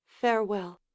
farewell